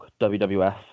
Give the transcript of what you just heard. WWF